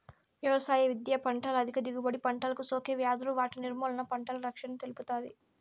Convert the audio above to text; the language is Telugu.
వ్యవసాయ విద్య పంటల అధిక దిగుబడి, పంటలకు సోకే వ్యాధులు వాటి నిర్మూలన, పంటల రక్షణను తెలుపుతాది